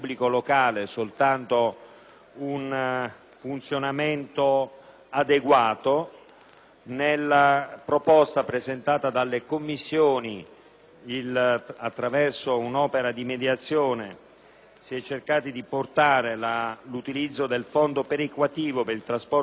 nella proposta delle Commissioni, attraverso un'opera di mediazione, si è cercato di portare l'utilizzo del fondo perequativo del trasporto pubblico locale solo per garantire un livello di servizio minimo.